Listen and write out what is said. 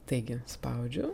taigi spaudžiu